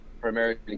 primarily